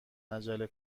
عجله